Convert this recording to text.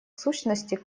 сущности